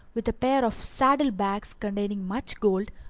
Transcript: with a pair of saddle-bags containing much gold,